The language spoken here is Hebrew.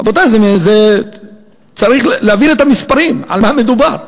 רבותי, צריך להבין את המספרים, על מה מדובר.